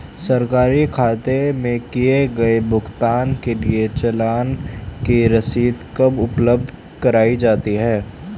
सरकारी खाते में किए गए भुगतान के लिए चालान की रसीद कब उपलब्ध कराईं जाती हैं?